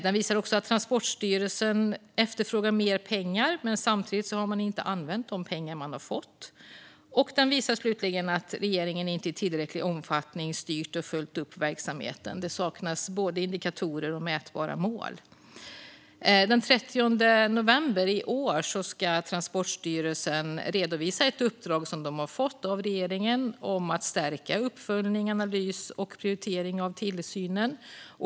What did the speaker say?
Den visar också att Transportstyrelsen efterfrågar mer pengar, men att man samtidigt inte har använt de pengar man har fått. Den visar slutligen att regeringen inte i tillräcklig omfattning styrt och följt upp verksamheten. Det saknas både indikatorer och mätbara mål. Den 30 november i år ska Transportstyrelsen redovisa ett uppdrag som de har fått av regeringen om att stärka uppföljning, analys och prioritering av tillsynen.